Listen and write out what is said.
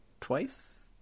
twice